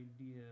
idea